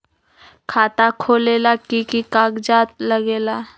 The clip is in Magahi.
खाता खोलेला कि कि कागज़ात लगेला?